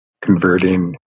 converting